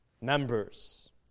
members